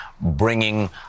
bringing